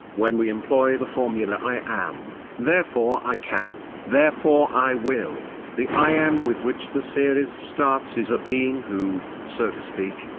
when we employ the formula i am, therefore i can, can, therefore i will, the i am with which the series starts is a being who, so to speak,